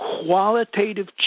qualitative